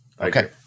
Okay